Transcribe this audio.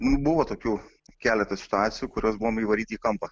nu buvo tokių keletas situacijų kurios buvom įvaryti į kampą